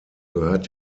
gehört